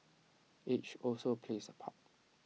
age also plays A part